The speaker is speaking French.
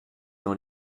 dans